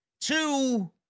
two